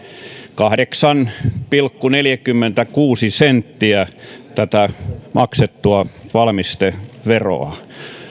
kahdeksan pilkku neljäkymmentäkuusi senttiä tätä maksettua valmisteveroa